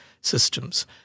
systems